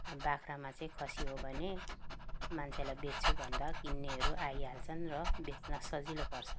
अब बाख्रामा चाहिँ खसी हो भने मान्छेलाई बेच्छु भन्दा किन्नेहरू आइहाल्छन् र बेच्न सजिलो पर्छ